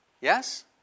Yes